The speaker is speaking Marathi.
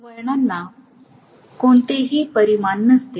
वळणांना कोणतेही परिमाण नसते